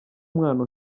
umwana